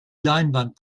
leinwand